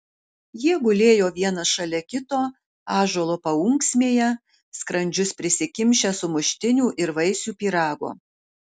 jie gulėjo vienas šalia kito ąžuolo paunksmėje skrandžius prisikimšę sumuštinių ir vaisių pyrago